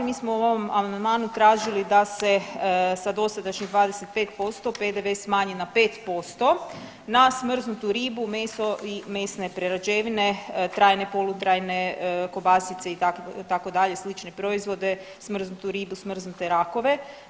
Mi smo u ovom amandmanu tražili da se sa dosadašnjih 25% PDV smanji na 5% na smrznutu ribu, meso i mesne prerađevine trajne, polutrajne kobasice itd. slične proizvode smrznutu ribu, smrznute rakove.